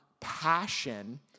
passion